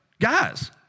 guys